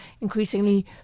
increasingly